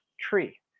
tree